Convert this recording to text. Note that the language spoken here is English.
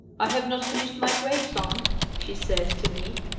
i have not finished my grapes, aunt she says to me.